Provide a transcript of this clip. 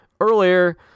earlier